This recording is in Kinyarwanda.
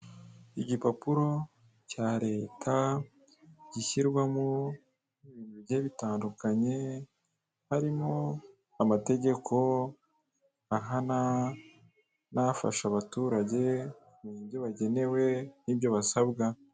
Igipapuro cya leta, gishyirwamo ibintu bigiye bitandukanye, harimo amategeko ahana n'afasha abaturage ibyo bagenewe n'ibyo basabwa.